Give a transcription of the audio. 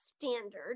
standard